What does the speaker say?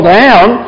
down